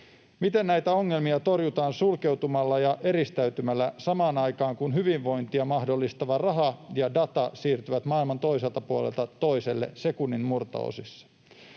Miten näitä ongelmia torjutaan sulkeutumalla ja eristäytymällä samaan aikaan, kun hyvinvointia mahdollistavat raha ja data siirtyvät maailman toiselta puolelta toiselle sekunnin murto-osissa?